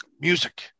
music